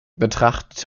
betrachtet